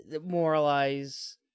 moralize